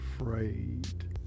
afraid